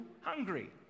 hungry